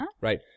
Right